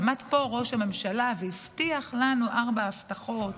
עמד פה ראש הממשלה והבטיח לנו ארבע הבטחות,